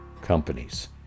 companies